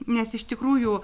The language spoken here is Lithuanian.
nes iš tikrųjų